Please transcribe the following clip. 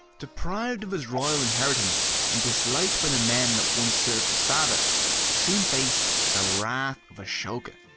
deprived of his royal inheritance and disliked by the men that once served his father soon faced the wrath of ashoka.